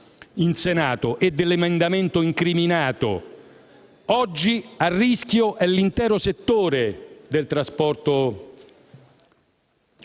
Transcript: in Senato e dell'emendamento incriminato. Oggi a rischio è l'intero settore del trasporto